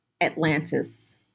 Atlantis